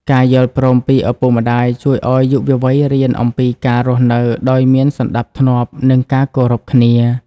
ការយល់ព្រមពីឪពុកម្ដាយជួយឱ្យយុវវ័យរៀនអំពីការរស់នៅដោយមានសណ្តាប់ធ្នាប់ និងការគោរពគ្នា។